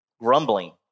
grumbling